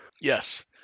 Yes